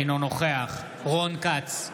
אינו נוכח רון כץ,